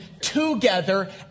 together